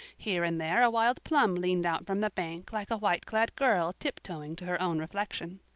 here and there a wild plum leaned out from the bank like a white-clad girl tip-toeing to her own reflection.